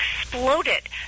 exploded